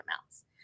amounts